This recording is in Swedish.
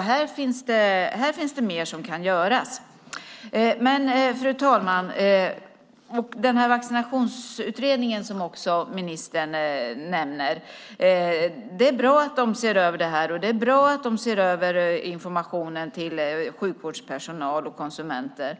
Här finns det alltså mer som kan göras. Fru talman! Det är bra att Vaccinutredningen, som ministern nämner, ser över detta och informationen till sjukvårdspersonal och konsumenter.